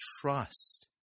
trust